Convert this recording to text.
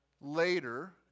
later